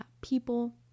People